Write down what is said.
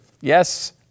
Yes